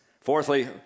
Fourthly